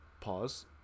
pause